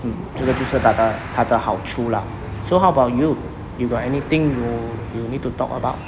mm 这个就是它的它的好处 lah so how about you you got anything you you need to talk about